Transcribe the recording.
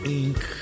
ink